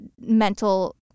mental